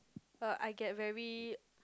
uh I get very